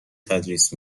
تدریس